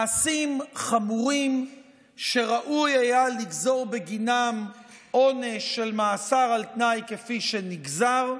מעשים חמורים שראוי היה לגזור בגינם עונש של מאסר על תנאי כפי שנגזר,